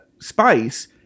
Spice